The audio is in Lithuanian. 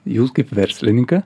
jūs kaip verslininką